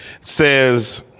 says